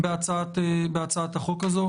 דיון בהצעת החוק הזאת.